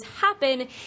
happen